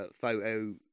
photo